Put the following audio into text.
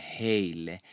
heille